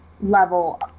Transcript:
Level